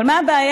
אבל מה הבעיה,